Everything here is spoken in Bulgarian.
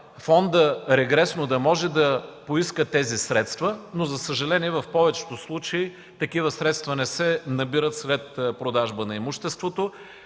фондът регресно да може да поиска тези средства. За съжаление, в повечето случаи такива средства не се набират след продажба на имуществото.